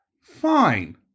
fine